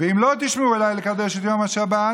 "ואם לא תשמעו אלי לקדש את יום השבת,